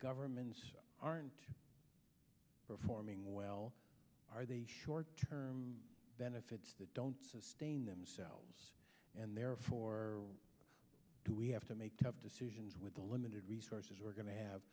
governments aren't performing well are the short term benefits that don't sustain themselves and therefore do we have to make tough decisions with the limited resources we're going to have